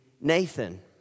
Nathan